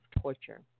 torture